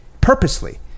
Purposely